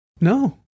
No